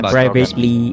Privately